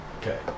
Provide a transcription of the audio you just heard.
Okay